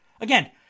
Again